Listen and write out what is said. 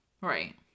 Right